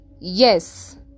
Yes